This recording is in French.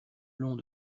long